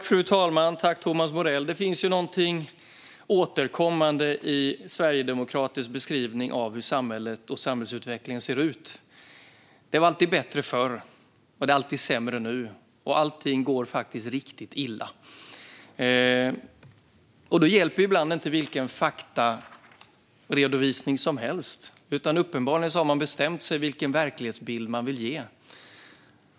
Fru talman! Det finns något som återkommer i sverigedemokratisk beskrivning av hur samhället och samhällsutvecklingen ser ut. Det var alltid bättre förr, det är alltid sämre nu och allting går faktiskt riktigt illa. Då hjälper ibland inte några som helst fakta, utan uppenbarligen har man bestämt sig för vilken verklighetsbild man vill ge.